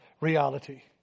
reality